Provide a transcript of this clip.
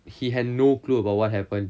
he had no clue about what happened